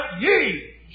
ye